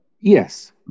yes